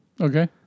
Okay